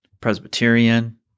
Presbyterian